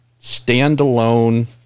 standalone